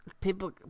People